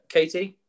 Katie